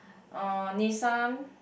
uh Nissan